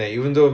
oh